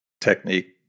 technique